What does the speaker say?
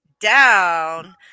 down